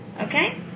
okay